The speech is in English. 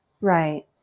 right